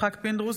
יצחק פינדרוס,